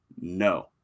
no